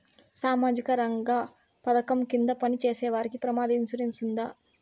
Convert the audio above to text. సామాజిక రంగ పథకం కింద పని చేసేవారికి ప్రమాద ఇన్సూరెన్సు ఉందా?